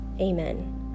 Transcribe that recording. Amen